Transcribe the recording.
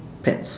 pets